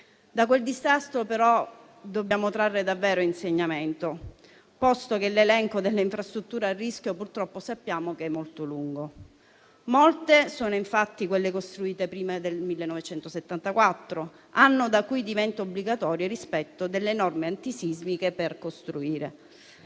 Da quel disastro, però, dobbiamo trarre insegnamento, posto che l'elenco delle infrastrutture a rischio sappiamo che purtroppo è molto lungo. Molte sono infatti quelle costruite prima del 1974, anno da cui diventa obbligatorio il rispetto delle norme antisismiche per costruire.